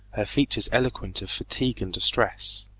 her features eloquent of fatigue and distress.